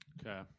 Okay